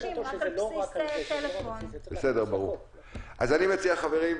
אני מציע, חברים,